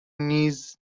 نیز